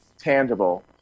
tangible